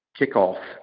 kickoff